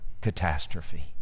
catastrophe